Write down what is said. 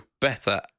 better